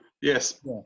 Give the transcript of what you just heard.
Yes